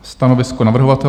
Stanovisko navrhovatele?